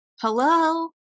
hello